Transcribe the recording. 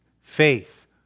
Faith